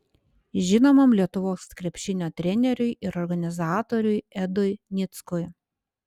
žinomam lietuvos krepšinio treneriui ir organizatoriui edui nickui